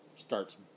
starts